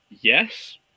Yes